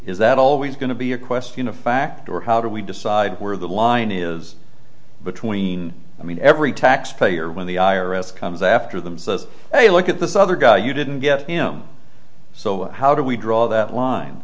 is that always going to be a question of fact or how do we decide where the line is between i mean every taxpayer when the i r s comes after them says hey look at this other guy you didn't get him so how do we draw that line